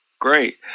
Great